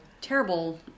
terrible